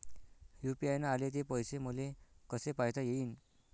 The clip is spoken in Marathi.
यू.पी.आय न आले ते पैसे मले कसे पायता येईन?